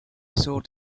sought